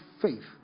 faith